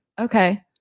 Okay